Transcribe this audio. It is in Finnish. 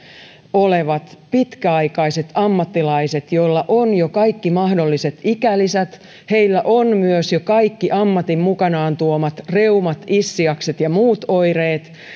olevat pitkäaikaiset ammattilaiset joilla on jo kaikki mahdolliset ikälisät joilla myös on jo kaikki ammatin mukanaan tuomat reumat iskiakset ja muut oireet